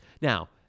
Now